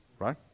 right